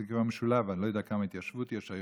זה כבר משולב, אני לא יודע כמה התיישבות יש היום.